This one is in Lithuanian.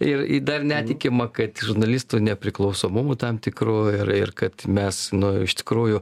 ir į dar netikima kad žurnalistų nepriklausomumu tam tikru ir ir kad mes nu iš tikrųjų